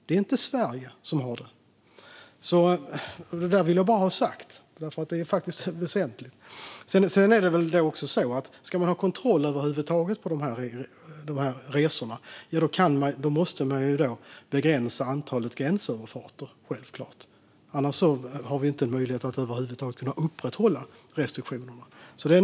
Jag vill ha detta sagt, för det är faktiskt väsentligt. Ska vi över huvud taget ha kontroll på de här resorna måste vi självklart begränsa antalet gränsöverfarter - annars finns det ingen möjlighet att upprätthålla restriktionerna.